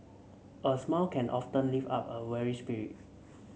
a smile can often lift up a weary spirit